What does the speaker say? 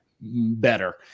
better